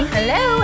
Hello